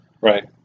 Right